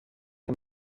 and